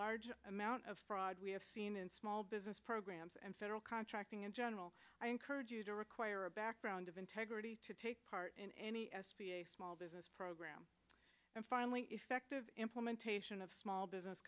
large amount of fraud we have seen in small business programs and federal contracting in general i encourage you to require a background of integrity to take part in any small business program and finally effective implementation of small business